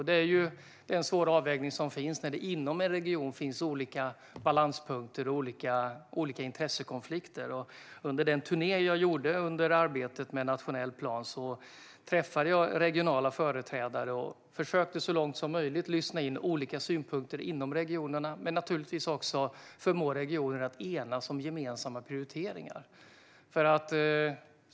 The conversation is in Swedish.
Det blir en svår avvägning när det inom en region finns olika balanspunkter och olika intressekonflikter. Under den turné jag gjorde under arbetet med en nationell plan träffade jag regionala företrädare och försökte så långt som möjligt lyssna in olika synpunkter inom regionerna, men naturligtvis också förmå regioner att enas om gemensamma prioriteringar.